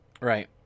Right